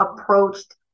approached